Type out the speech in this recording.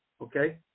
okay